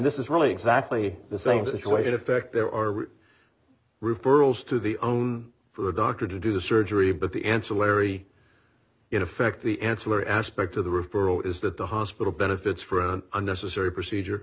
this is really exactly the same situation effect there are referrals to the own for doctor to do the surgery but the ancillary in effect the ancillary aspect of the referral is that the hospital benefits for an unnecessary procedure